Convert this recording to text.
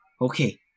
Okay